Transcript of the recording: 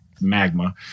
magma